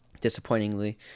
disappointingly